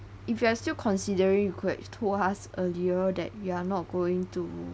if you are still considering you could have told us earlier that you are not going to